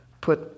put